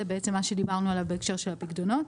זה בעצם מה שדיברנו עליו בהקשר של הפיקדונות,